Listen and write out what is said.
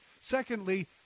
Secondly